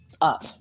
up